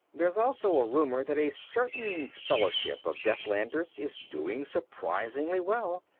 there's also a rumor that a certain fellowship of deathlanders is doing surprisingly well,